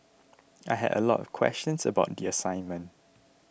I had a lot of questions about the assignment